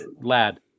lad